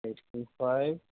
eighty five